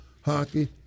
hockey